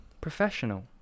Professional